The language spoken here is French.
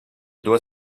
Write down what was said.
doit